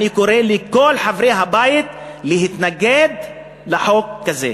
אני קורא לכל חברי הבית להתנגד לחוק הזה.